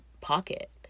pocket